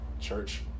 Church